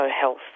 health